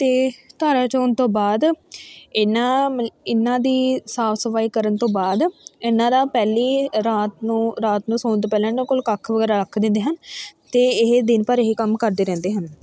ਅਤੇ ਧਾਰਾਂ ਚੌਣ ਤੋਂ ਬਾਅਦ ਇਹਨਾਂ ਦਾ ਮਲ ਇਹਨਾਂ ਦੀ ਸਾਫ਼ ਸਫ਼ਾਈ ਕਰਨ ਤੋਂ ਬਾਅਦ ਇਹਨਾਂ ਦਾ ਪਹਿਲਾ ਹੀ ਰਾਤ ਨੂੰ ਰਾਤ ਨੂੰ ਸੌਣ ਤੋਂ ਪਹਿਲਾਂ ਇਹਨਾਂ ਕੋਲ ਕੱਖ ਵਗੈਰਾ ਰੱਖ ਦਿੰਦੇ ਹਨ ਅਤੇ ਇਹ ਦਿਨ ਭਰ ਇਹ ਹੀ ਕੰਮ ਕਰਦੇ ਰਹਿੰਦੇ ਹਨ